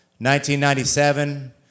1997